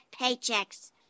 paychecks